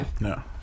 no